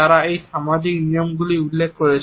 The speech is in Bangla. তারা এই সামাজিক নিয়মগুলি উল্লেখ করেছেন